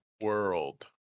World